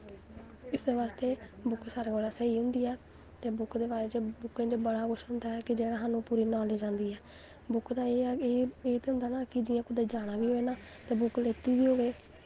इस्सै बास्तै बुक्क सारें कोला दा स्हेई होंदी ऐ ते बुक्क दे बारे च बुक्कें चे बड़ा कुछ होंदा ऐ कि जेह्ड़ी सानूं पूरी नॉलेज़ आंदी ऐ बुक्क दा एह् ते होंदा ना जि'यां कुते जाना होए ते बुक्क लेत्ती दी होए